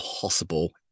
possible